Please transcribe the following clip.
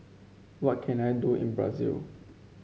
what can I do in Brazil